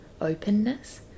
openness